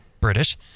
british